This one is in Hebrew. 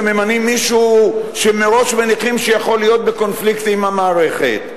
שממנים מישהו שמראש מניחים שיכול להיות בקונפליקט עם המערכת.